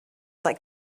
like